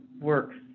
works